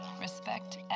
respect